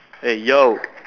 hey yo